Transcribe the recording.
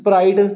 sprite